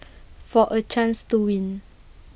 for A chance to win